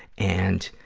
and,